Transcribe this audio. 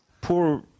poor